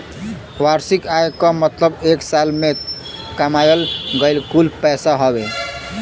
वार्षिक आय क मतलब एक साल में कमायल गयल कुल पैसा हउवे